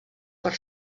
per